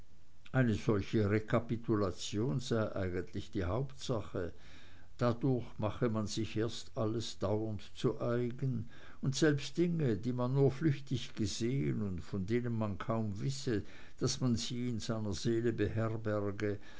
eine solche rekapitulation sei eigentlich die hauptsache dadurch mache man sich alles erst dauernd zu eigen und selbst dinge die man nur flüchtig gesehen und von denen man kaum wisse daß man sie in seiner seele beherberge